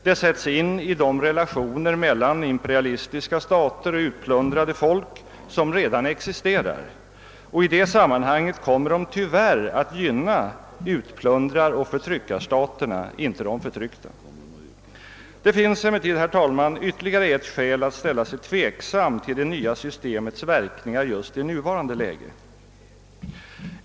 Det sättes in i de relationer mellan imperialistiska stater och utplundrade folk som redan existerar, och i det sammanhanget kommer de tyvärr att gynna utplundraroch förtryckarstaterna, inte de förtryckta. Det finns emellertid ytterligare ett skäl att ställa sig tveksam till det nya systemets verkningar just i nuvarande läge.